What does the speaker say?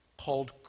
called